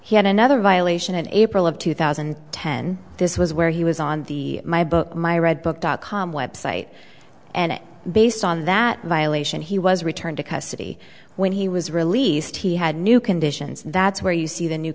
he had another violation in april of two thousand and ten this was where he was on the my book my red book dot com website and based on that violation he was returned to custody when he was released he had new conditions that's where you see the new